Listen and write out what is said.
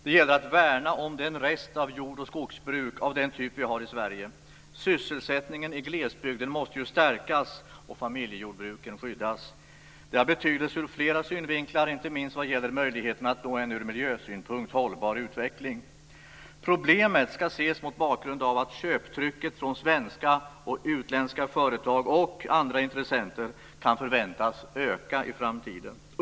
Det gäller att värna om resterna av jord och skogsbruk av den typ vi har i Sverige. Sysselsättningen i glesbygd måste stärkas och familjejordbruken skyddas. Det har betydelse ur flera synvinklar, inte minst vad gäller möjligheterna att nå en ur miljösynpunkt hållbar utveckling. Problemet ska ses mot bakgrund av att köptrycket från svenska och utländska företag och andra intressenter kan förväntas öka i framtiden.